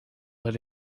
let